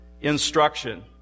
instruction